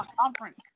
conference